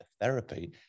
therapy